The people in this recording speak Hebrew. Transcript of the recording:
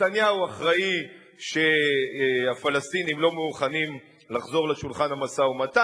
נתניהו אחראי שהפלסטינים לא מוכנים לחזור לשולחן המשא-ומתן.